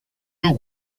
deux